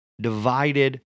divided